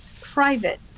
private